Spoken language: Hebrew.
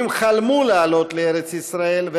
יהודים חלמו לעלות לארץ ישראל,